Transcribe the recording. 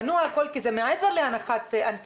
בנו את הכול כי זה מעבר להנחת אנטנה,